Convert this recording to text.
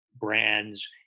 brands